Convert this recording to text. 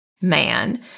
man